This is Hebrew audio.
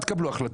אל תקבלו החלטות,